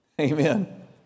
Amen